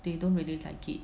they don't really target